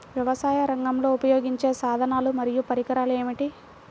వ్యవసాయరంగంలో ఉపయోగించే సాధనాలు మరియు పరికరాలు ఏమిటీ?